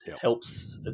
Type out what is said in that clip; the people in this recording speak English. helps